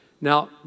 Now